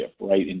right